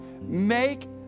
make